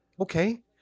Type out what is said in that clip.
okay